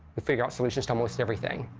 we figure out solutions to almost everything,